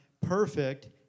perfect